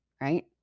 right